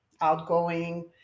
outgoing